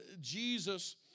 Jesus